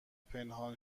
پنهان